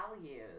values